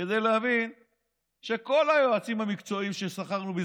כדי להבין שכל היועצים המקצועיים ששכרנו,